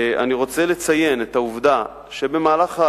אני רוצה לציין את העובדה שבמהלך,